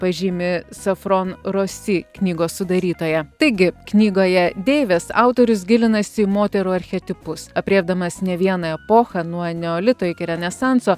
pažymi safron rosi knygos sudarytoja taigi knygoje deivės autorius gilinasi į moterų archetipus aprėpdamas ne vieną epochą nuo neolito iki renesanso